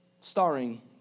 starring